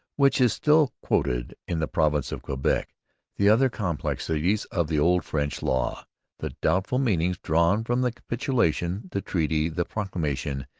which is still quoted in the province of quebec the other complexities of the old french law the doubtful meanings drawn from the capitulation, the treaty, the proclamation,